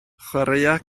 chwaraea